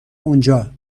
اونجا